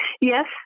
Yes